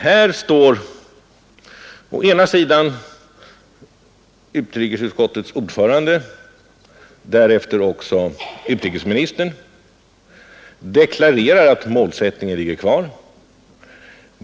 Här står utrikesutskottets ordförande och därefter också utrikesministern och deklarerar att målsättningen ligger fast.